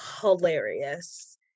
hilarious